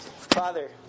Father